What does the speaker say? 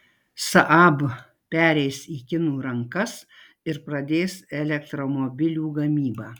saab pereis į kinų rankas ir pradės elektromobilių gamybą